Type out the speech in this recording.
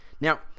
Now